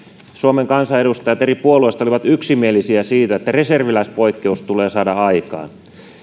eli suomen kansanedustajat eri puolueista olivat yksimielisiä siitä että reserviläispoikkeus tulee saada aikaan